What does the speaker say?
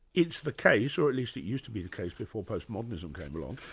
it's the case, or at least it used to be the case before post-modernism came along,